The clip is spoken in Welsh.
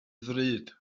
ddrud